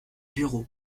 bureau